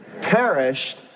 perished